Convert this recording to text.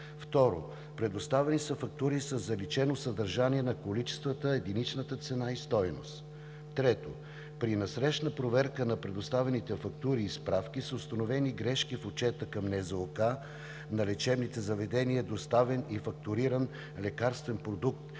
2. Предоставени са фактури със заличено съдържание на количествата, единична цена и стойност. 3. При насрещна проверка на предоставените фактури и справки са установени грешки в отчета към НЗОК – на лечебните заведения е доставен и фактуриран лекарствен продукт